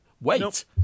Wait